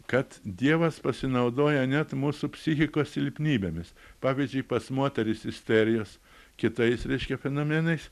kad dievas pasinaudoja net mūsų psichikos silpnybėmis pavyzdžiui pas moteris isterijos kitais reiškia fenomenais